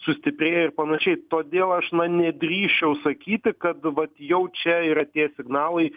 sustiprėja ir panašiai todėl aš na nedrįsčiau sakyti kad vat jau čia yra tie signalai